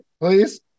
please